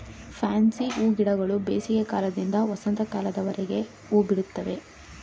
fancy ಹೂಗಿಡಗಳು ಬೇಸಿಗೆ ಕಾಲದಿಂದ ವಸಂತ ಕಾಲದವರೆಗೆ ಹೂಬಿಡುತ್ತವೆ